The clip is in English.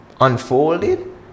unfolded